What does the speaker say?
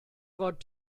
fod